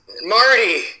Marty